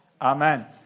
Amen